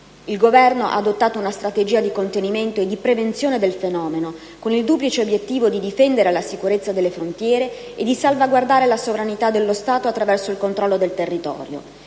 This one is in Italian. Il Governo ha adottato una strategia di contenimento e di prevenzione del fenomeno, con il duplice obiettivo di difendere la sicurezza delle frontiere e di salvaguardare la sovranità dello Stato attraverso il controllo del territorio.